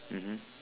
mmhmm